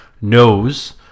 knows